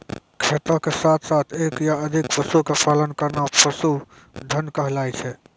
खेती के साथॅ साथॅ एक या अधिक पशु के पालन करना पशुधन कहलाय छै